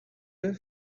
that